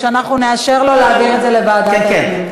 שאנחנו נאשר לו להעביר את זה לוועדת הפנים.